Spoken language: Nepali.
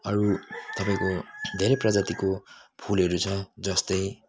अरू तपाईँको धेरै प्रजातिको फुलहरू छ जस्तै